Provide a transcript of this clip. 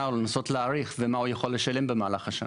ולנסות להעריך ,ומה הוא יכול לשלם במהלך השנה.